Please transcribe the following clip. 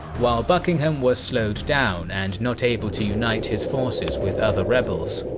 while buckingham was slowed down and not able to unite his forces with other rebels.